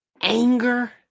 anger